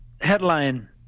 headline